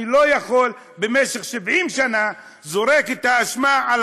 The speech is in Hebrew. אני לא יכול, במשך 70 שנה זורקים את האשמה על